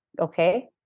okay